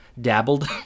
dabbled